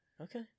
okay